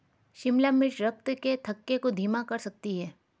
शिमला मिर्च रक्त के थक्के को धीमा कर सकती है